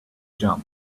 jump